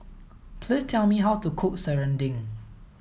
please tell me how to cook serunding